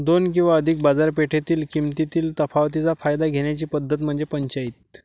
दोन किंवा अधिक बाजारपेठेतील किमतीतील तफावतीचा फायदा घेण्याची पद्धत म्हणजे पंचाईत